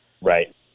Right